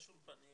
יש אולפנים